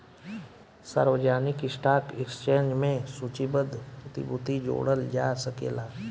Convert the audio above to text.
सार्वजानिक stock exchange में सूचीबद्ध प्रतिभूति जोड़ल जा सकेला